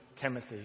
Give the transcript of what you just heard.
Timothy